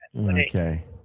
Okay